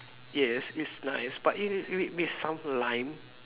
yes it's nice but eat it with with some lime